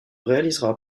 réalisera